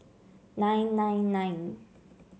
nine nine nine